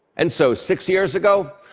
and so six years ago,